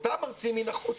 אותם מרצים מן החוץ,